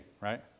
right